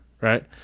right